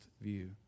view